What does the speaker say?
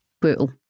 Brutal